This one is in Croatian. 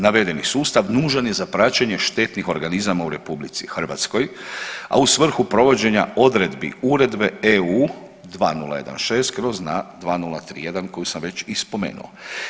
Navedeni sustav nužan je za praćenje štetnih organizama u RH, a u svrhu provođenja odredbi Uredbe EU 2016/NA 2031 koju sam već i spomenu.